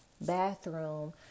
bathroom